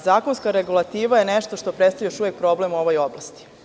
Zakonska regulativa je nešto što predstavlja još uvek problem u ovoj oblasti.